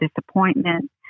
disappointment